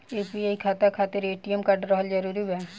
UPI खाता खातिर ATM card रहल जरूरी बा?